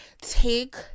take